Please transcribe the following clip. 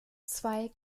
zwei